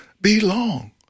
belong